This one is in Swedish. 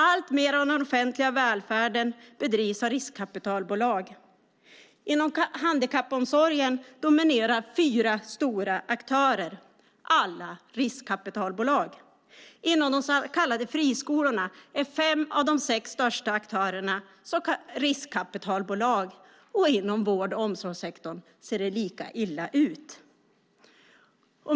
Alltmer av den offentliga välfärden drivs av riskkapitalbolag. Inom handikappomsorgen dominerar fyra stora aktörer. Alla är riskkapitalbolag. Inom de så kallade friskolorna är fem av de sex största aktörerna riskkapitalbolag, och inom vård och omsorgssektorn ser det lika illa ut.